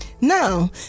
Now